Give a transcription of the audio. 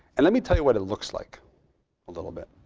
and let me tell you what it looks like a little bit.